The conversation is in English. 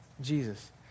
Jesus